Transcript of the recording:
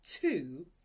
Two